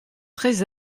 très